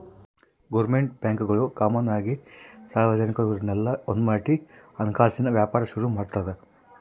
government ಬ್ಯಾಂಕ್ಗುಳು common ಆಗಿ ಸಾರ್ವಜನಿಕುರ್ನೆಲ್ಲ ಒಂದ್ಮಾಡಿ ಹಣಕಾಸಿನ್ ವ್ಯಾಪಾರ ಶುರು ಮಾಡ್ತಾರ